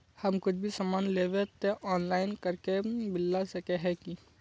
हम कुछ भी सामान लेबे ते ऑनलाइन करके बिल ला सके है की?